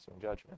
judgment